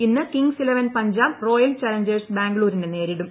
ഇന്ന് Kings Eleven Punjab Royal Challengers ബാംഗ്ലൂരിനെ നേരിടും